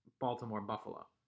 Baltimore-Buffalo